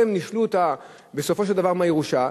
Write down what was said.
והם נישלו אותה בסופו של דבר מהירושה,